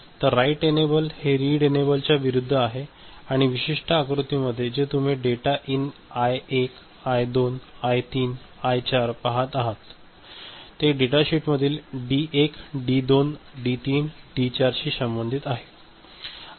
तर write enable हे read enable च्या विरुद्ध आहे आणि विशिष्ट आकृतीमध्ये जे तुम्ही data in I 1 I 2 I 3 I 4 पाहत आहोत ते डेटाशीटमधील डी1 डी 2 डी 3 डी 4 शी संबंधित आहे